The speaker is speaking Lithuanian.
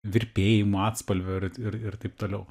virpėjimo atspalvių ir ir ir taip toliau